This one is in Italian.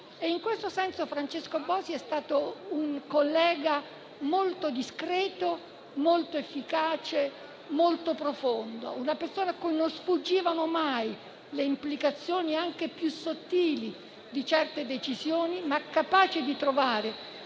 In questo senso, Francesco Bosi è stato un collega molto discreto, molto efficace, molto profondo; una persona a cui non sfuggivano mai le implicazioni anche più sottili di certe decisioni, capace di trovare